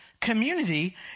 Community